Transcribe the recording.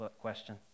question